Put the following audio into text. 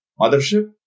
mothership